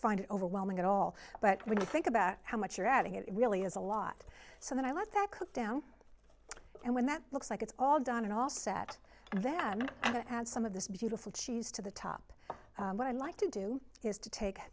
find it overwhelming at all but when you think about how much you're adding it it really is a lot so then i love that cook down and when that looks like it's all done and all set of them and some of this beautiful cheese to the top what i like to do is to take